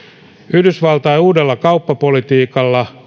yhdysvaltain uudella kauppapolitiikalla